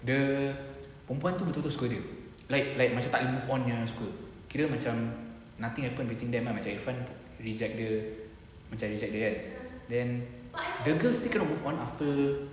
dia perempuan tu betul betul suka dia like like macam tak boleh move on nya suka dia macam nothing happen between them ah macam irfan reject dia macam reject dia kan then the girl still cannot move on ah after